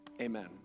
Amen